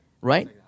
Right